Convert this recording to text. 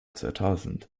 zweitausend